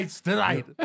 tonight